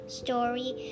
story